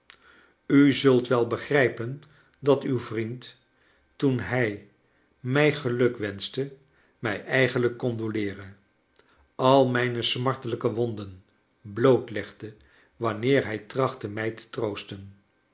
u zult wel begrijpen dat uw vriend toen hij mij geluk wenschte mij eigenlijk condoleerde al mijne smartelijke wonden blootlegde wanneer hij tractate mij te troosten